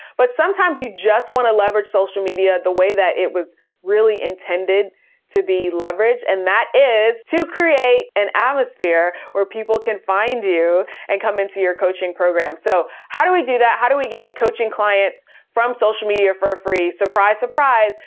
but sometimes you just want to leverage social media the way that it was really intended to be leveraged. and that is to create an atmosphere where people can find you and come into your coaching program. so how do we do that? how do we get coaching clients from social media for free? surprise, surprise.